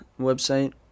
website